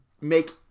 make